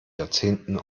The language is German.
jahrzehnten